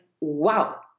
wow